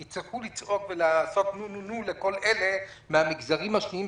יצעקו ויעשו נו-נו-נו לכל אלה מהמגזרים השניים,